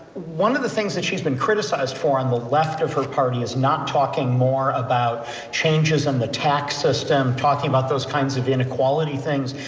one of the things that she's been criticized for on the left of her party is not talking more about changes in the tax system, talking about those kinds of inequality things,